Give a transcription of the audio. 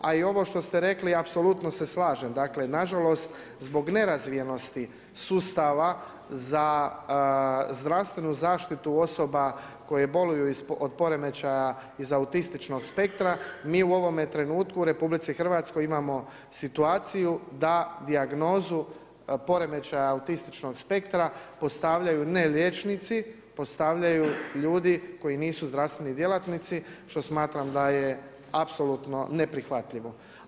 A i ovo što ste rekli apsolutno se slažem, dakle nažalost zbog nerazvijenosti sustava za zdravstvenu zaštitu osoba koje boluju od poremećaja iz autističnog spektra mi u ovome trenutku u RH imamo situaciju da dijagnozu poremećaja autističnog spektra postavljaju ne liječnici, postavljaju ljudi koji nisu zdravstveni djelatnici što smatram da je apsolutno neprihvatljivo.